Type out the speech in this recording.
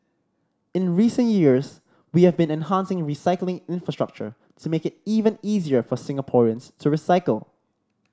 in recent years we have been enhancing recycling infrastructure to make it even easier for Singaporeans to recycle